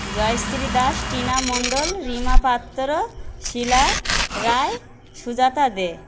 Jayashree Das Tina Mondal Rima Patra Sheela Roy Sujata দে